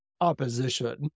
opposition